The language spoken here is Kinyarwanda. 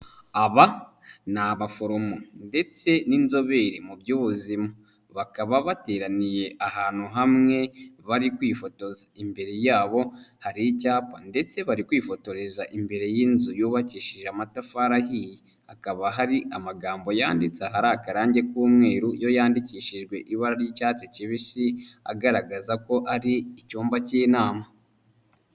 Aba ni abaforomo ndetse n'inzobere mu by'ubuzima bakaba bateraniye ahantu hamwe bari kwifotoza, imbere yabo hari icyapa ndetse bari kwifotoreza imbere y'inzu yubakishije amatafari ahiye, hakaba hari amagambo yanditse ahari akarangi k'umweru yo yandikishijwe ibara ry'icyatsi kibisi agaragaza ko ari icyumba cy'inama.